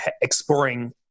exploring